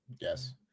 yes